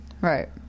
Right